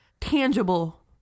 tangible